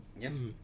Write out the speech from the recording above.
Yes